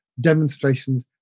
demonstrations